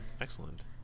Excellent